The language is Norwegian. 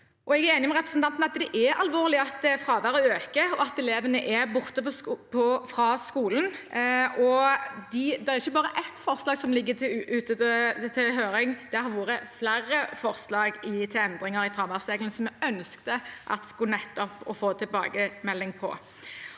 Jeg er enig med representanten Sanner i at det er alvorlig at fraværet øker, at elevene er borte fra skolen. Det er ikke bare ett forslag som ligger ute til høring. Det har vært flere forslag til endringer i fraværsreglene, som vi ønsket å få tilbakemelding på.